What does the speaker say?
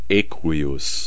equius